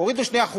הורידו 2%,